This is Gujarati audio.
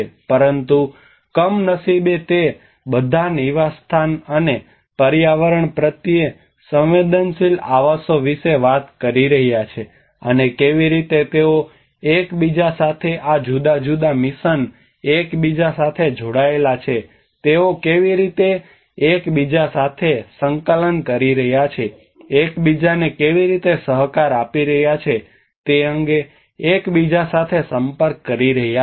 પરંતુ કમનસીબે તે બધા નિવાસસ્થાન અને પર્યાવરણ પ્રત્યે સંવેદનશીલ આવાસો વિશે વાત કરી રહ્યા છે અને કેવી રીતે તેઓ એકબીજા સાથે આ જુદા જુદા મિશન એકબીજા સાથે જોડાયેલા છે તેઓ કેવી રીતે એક બીજા સાથે સંકલન કરી રહ્યા છે એકબીજાને કેવી રીતે સહકાર આપી રહ્યા છે તે અંગે એકબીજા સાથે સંપર્ક કરી રહ્યા છે